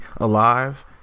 alive